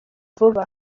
vuba